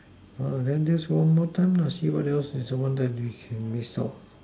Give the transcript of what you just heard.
then just one more time see what else is the one you miss out